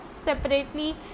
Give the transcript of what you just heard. separately